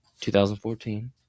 2014